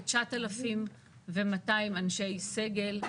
כ-19,200 אנשי סגל,